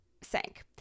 sank